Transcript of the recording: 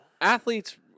Athletes